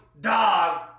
dog